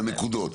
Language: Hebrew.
לנקודות.